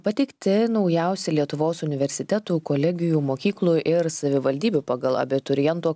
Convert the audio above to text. pateikti naujausi lietuvos universitetų kolegijų mokyklų ir savivaldybių pagal abiturientų